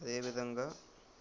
అదేవిధంగా